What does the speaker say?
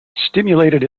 stimulated